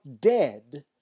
dead